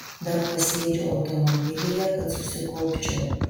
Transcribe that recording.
dar pasėdžiu automobilyje kad susikaupčiau